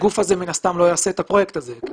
מן הסתם הגוף הזה לא יעשה את הפרויקט זה כי